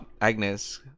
Agnes